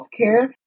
healthcare